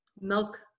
milk